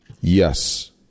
Yes